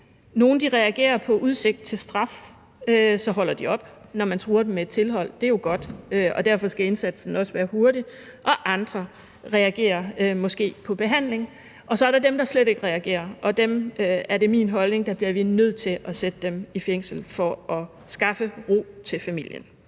Nogle reagerer på udsigt til straf; de holder op, når man truer dem med et tilhold. Det er jo godt, og derfor skal indsatsen også være hurtig. Andre reagerer måske på behandling. Og så er der dem, der slet ikke reagerer, og der er det min holdning, at dem bliver vi nødt til at sætte i fængsel for at skaffe ro til familien.